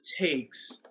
takes